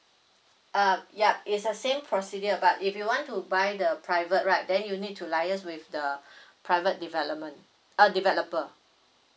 uh ya it's a same procedure but if you want to buy the private right then you need to liaise with the private development uh developer